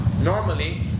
normally